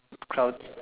crowd